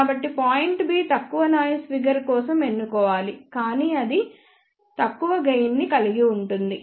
కాబట్టి point B తక్కువ noise figure కోసం ఎన్నుకోవాలి కానీ అది తక్కువ గెయిన్ ని కలిగి ఉంటుంది